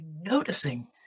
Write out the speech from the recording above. noticing